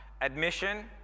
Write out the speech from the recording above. admission